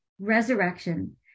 resurrection